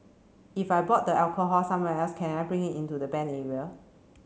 if I bought the alcohol somewhere else can I bring it into the banned area